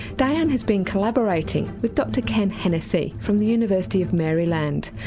diane has been collaborating with dr ken hennacy from the university of maryland.